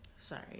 Sorry